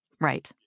Right